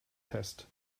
test